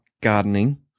gardening